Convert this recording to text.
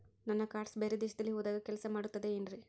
ನನ್ನ ಕಾರ್ಡ್ಸ್ ಬೇರೆ ದೇಶದಲ್ಲಿ ಹೋದಾಗ ಕೆಲಸ ಮಾಡುತ್ತದೆ ಏನ್ರಿ?